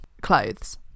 Clothes